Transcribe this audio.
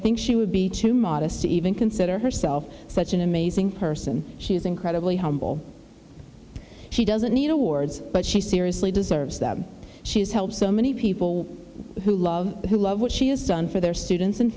think she would be too modest to even consider herself such an amazing person she is incredibly humble she doesn't need awards but she seriously deserves that she has helped so many people who love who love what she has done for their students and